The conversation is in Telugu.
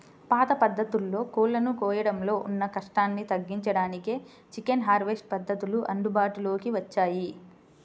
పాత పద్ధతుల్లో కోళ్ళను కోయడంలో ఉన్న కష్టాన్ని తగ్గించడానికే చికెన్ హార్వెస్ట్ పద్ధతులు అందుబాటులోకి వచ్చాయి